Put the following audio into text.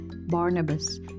Barnabas